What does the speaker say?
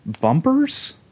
bumpers